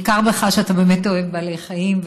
ניכר בך שאתה באמת אוהב בעלי חיים,